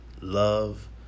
love